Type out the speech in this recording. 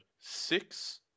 six